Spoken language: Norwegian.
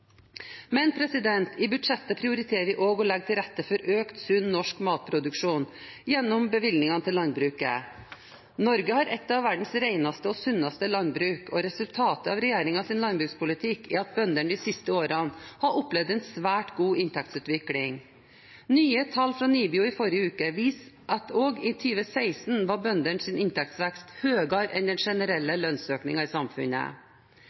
Men i budsjettet prioriter vi også å legge til rette for økt sunn norsk matproduksjon gjennom bevilgningene til landbruket. Norge har et av verdens reneste og sunneste landbruk, og resultatet av regjeringens landbrukspolitikk er at bøndene de siste årene har opplevd en svært god inntektsutvikling. Nye tall fra NIBIO i forrige uke viser at også i 2016 var bøndenes inntektsvekst høyere enn den generelle lønnsøkningen i samfunnet. Høyre er